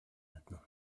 maintenant